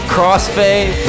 Crossfade